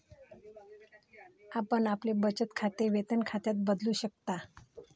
आपण आपले बचत खाते वेतन खात्यात बदलू शकता